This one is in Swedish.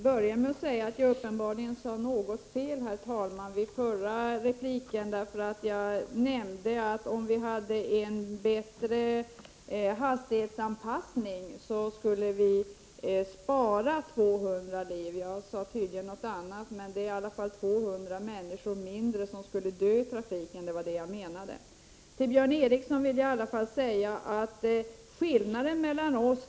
Herr talman! Till Björn Ericson vill jag säga något om vad som skiljer oss åt.